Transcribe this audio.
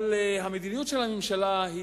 אבל המדיניות של הממשלה היא